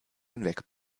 hinweg